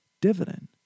dividend